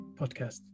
podcast